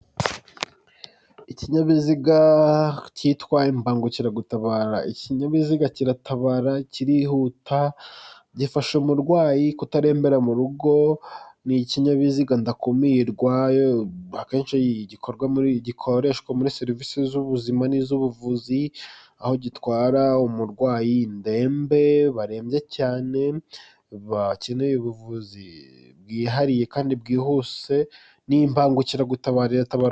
Ikinyabiziga cyitwa imbangukiragutabara, iki kinyabiziga kiratabara, kirihuta, gifasha umurwayi kutarembera mu rugo, ni ikinyabiziga ndakumirwa, yo akenshi gikorwa gikoreshwa muri serivise z'ubuzima n'iz'ubuvuzi, aho gitwara umurwayi, indembe barembye cyane , bakeneye ubuvuzi bwihariye kandi bwihuse, ni imbangukiragutabarara iratabara.